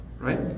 right